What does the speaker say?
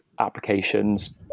applications